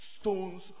stones